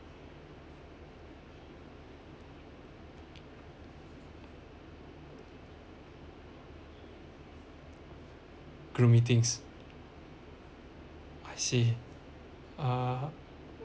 group meetings I see uh